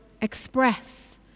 express